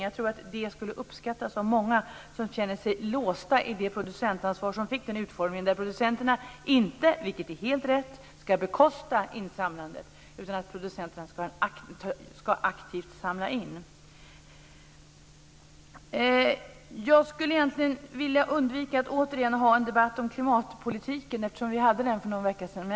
Jag tror att det skulle uppskattas av många som känner sig låsta i det producentansvar som fick den utformning där producenterna inte, vilket är helt rätt, ska bekosta insamlandet utan aktivt samla in. Jag skulle egentligen vilja undvika att återigen ha en debatt om klimatpolitiken, eftersom vi hade den för någon vecka sedan.